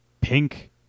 pink